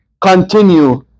continue